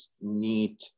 need